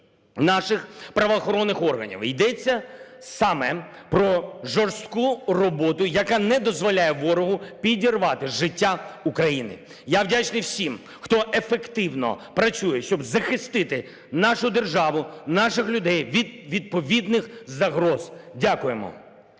наших правоохоронних органів. Ідеться саме про жорстку роботу, яка не дозволяє ворогу підірвати життя України. Я вдячний всім, хто ефективно працює, щоб захистити нашу державу, наших людей від відповідних загроз. Дякуємо!